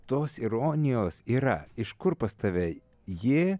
tos ironijos yra iš kur pas tave ji